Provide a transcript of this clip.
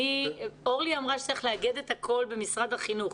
אורלי אמרה שצריך לאגד את הכל במשרד החינוך.